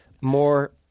more